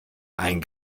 ein